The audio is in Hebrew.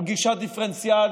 על גישה דיפרנציאלית,